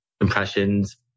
impressions